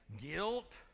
guilt